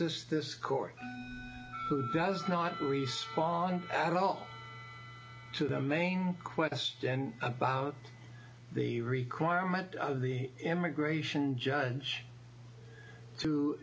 sist this court does not respond at all to the main question about the requirement of the immigration judge to